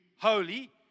holy